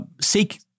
seek